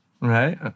Right